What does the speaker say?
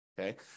Okay